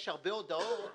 יש הרבה הודעות,